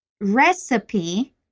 Recipe